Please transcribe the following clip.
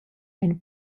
ein